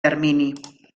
termini